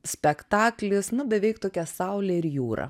spektaklis na beveik tokia saulė ir jūra